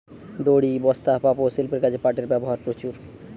দড়ি, বস্তা, পাপোষ, শিল্পের কাজে পাটের ব্যবহার প্রচুর